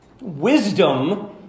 Wisdom